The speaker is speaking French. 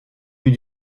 eut